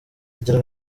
zigera